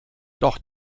doch